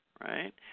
right